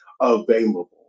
available